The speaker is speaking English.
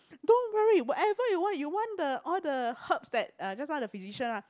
don't worry whatever you want you want the all the herbs that uh just now that physician ah